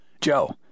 Joe